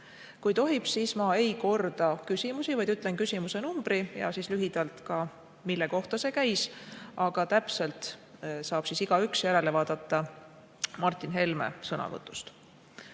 Kui tohib, siis ma ei korda küsimusi, vaid ütlen küsimuse numbri ja lühidalt ka selle, mille kohta see käis. Täpselt saab igaüks järele vaadata Martin Helme sõnavõtust. Esimene